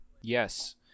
Yes